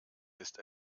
ist